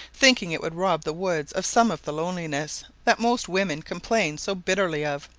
thinking it would rob the woods of some of the loneliness that most women complain so bitterly of,